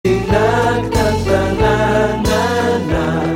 נה, תה נה נה נה נה